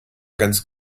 ganz